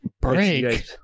Break